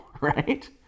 right